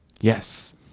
Yes